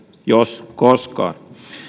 jos koskaan